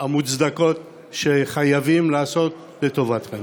הפרלמנטריות המוצדקות שחייבים לעשות לטובתכם.